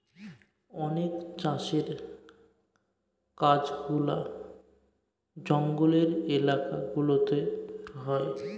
অনেক চাষের কাজগুলা জঙ্গলের এলাকা গুলাতে হয়